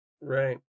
right